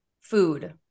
food